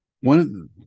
One